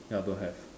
ya don't have